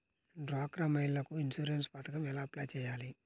డ్వాక్రా మహిళలకు ఇన్సూరెన్స్ పథకం ఎలా అప్లై చెయ్యాలి?